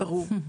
ברור,